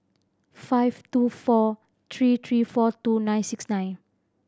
five two four three three four two nine six nine